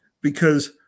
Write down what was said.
because-